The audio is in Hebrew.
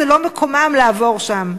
זה לא מקומם לעבור שם.